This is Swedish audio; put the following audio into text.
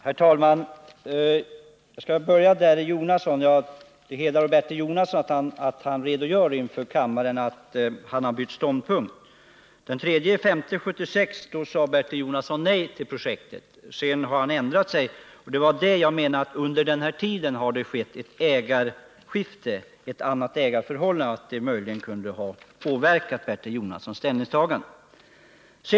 Herr talman! Jag skall börja med att be Bertil Jonasson att han redogör inför kammaren för att han har bytt ståndpunkt. Den 3 maj 1976 sade Bertil Jonasson nej till projektet. Sedan har han ändrat sig. Det var det jag menade - att under den här tiden har det skett ett ägarskifte och att det nya ägarförhållandet möjligen kan ha påverkat Bertil Jonassons ställningstagande.